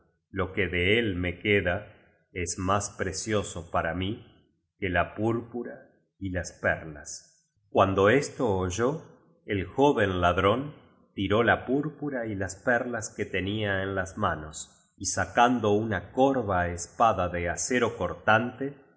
lo que de é me queda es más precioso para mi que la púrpura y las perlas cuando esto oyó el joven ladrón tiró sa púrpura y las per las que tenía en las manos y sacando una corva espada de acero cortante